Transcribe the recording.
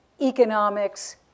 economics